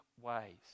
ways